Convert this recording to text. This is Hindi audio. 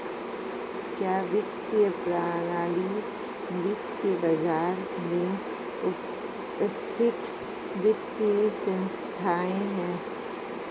क्या वित्तीय प्रणाली वित्तीय बाजार में उपस्थित वित्तीय संस्थाएं है?